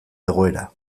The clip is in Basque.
egoera